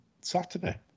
Saturday